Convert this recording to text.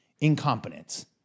incompetence